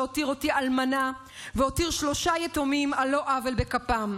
שהותיר אותי אלמנה והותיר שלושה יתומים על לא עוול בכפם.